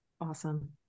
Awesome